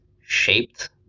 shaped